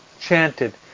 chanted